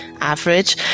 average